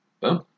Boom